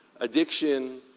addiction